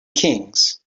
kings